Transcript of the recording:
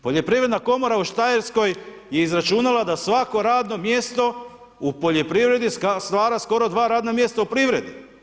Poljoprivredna komora u Štajerskoj je izračunala da svako radno mjesto u poljoprivredi stvara skoro dva radna mjesta u privredi.